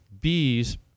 bees